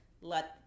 let